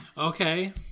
okay